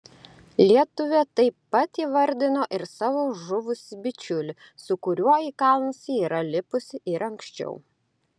lietuvė taip pat įvardino ir savo žuvusį bičiulį su kuriuo į kalnus ji yra lipusi ir anksčiau